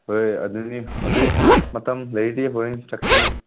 ꯍꯣꯏ ꯑꯗꯨꯅꯤ ꯑꯗꯨ ꯃꯇꯝ ꯂꯩꯔꯗꯤ ꯍꯣꯔꯦꯟ ꯆꯠꯁꯤꯅꯦ